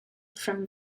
from